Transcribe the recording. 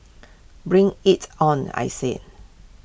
bring IT on I say